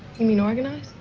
you mean organized?